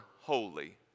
holy